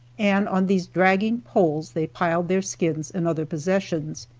and on these dragging poles they piled their skins and other possessions.